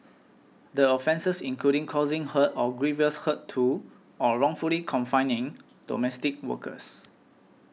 the offences included causing hurt or grievous hurt to or wrongfully confining domestic workers